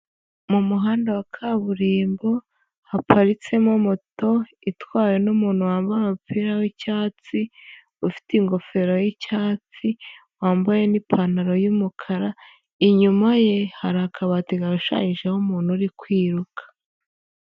Mu muhanda wa kaburimbo haparitsemo moto itwawe n'umuntu wambaye umupira w'icyatsi, ufite ingofero y'icyatsi wambaye n'ipantaro y'umukara, inyuma ye hari akabati gashushanyijeho umuntu uri kwiruka.